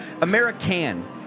American